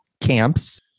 camps